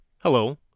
Hello